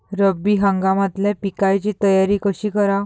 रब्बी हंगामातल्या पिकाइची तयारी कशी कराव?